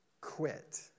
quit